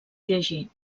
llegir